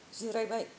जिरायबाय